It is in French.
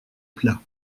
plat